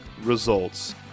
results